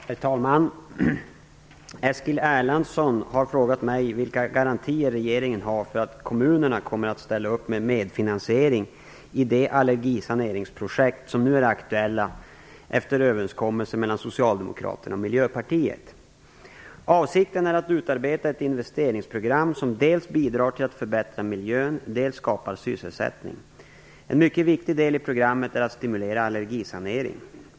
Herr talman! Eskil Erlandsson har frågat mig vilka garantier regeringen har för att kommunerna kommer att ställa upp med medfinansiering i de allergisaneringsprojekt som nu är aktuella efter överenskommelsen mellan Socialdemokraterna och Miljöpartiet. Avsikten är att utarbeta ett investeringsprogram som dels bidrar till att förbättra miljön, dels skapar sysselsättning. En mycket viktig del i programmet är att stimulera allergisanering.